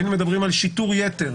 היינו מדברים על שיטור יתר